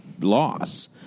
loss